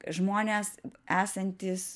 žmonės esantys